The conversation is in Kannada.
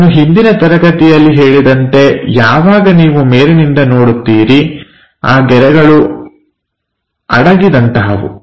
ನಾನು ಹಿಂದಿನ ತರಗತಿಯಲ್ಲಿ ಹೇಳಿದಂತೆ ಯಾವಾಗ ನೀವು ಮೇಲಿನಿಂದ ನೋಡುತ್ತೀರಿ ಆ ಗೆರೆಗಳು ಅಡಗಿದಂತಹವು